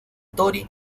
tori